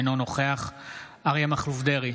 אינו נוכח אריה מכלוף דרעי,